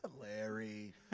Larry